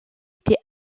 été